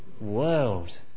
world